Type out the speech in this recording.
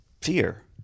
fear